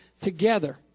together